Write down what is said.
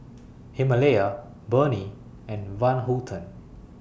Himalaya Burnie and Van Houten